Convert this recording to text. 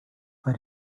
for